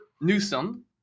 Newsom